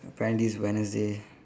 apparent this Wednesday